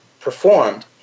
performed